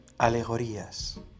Alegorías